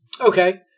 Okay